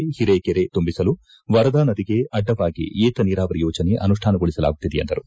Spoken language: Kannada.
ಓರೆಕೆರೆ ತುಂಬಿಸಲು ವರದಾ ನದಿಗೆ ಅಡ್ಡವಾಗಿ ಏಕನೀರಾವರಿ ಯೋಜನೆ ಅನುಷ್ಯಾನಗೊಳಸಲಾಗುತ್ತಿದೆ ಎಂದರು